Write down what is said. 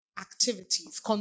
activities